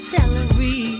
Celery